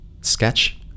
sketch